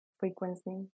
frequency